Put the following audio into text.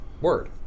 Word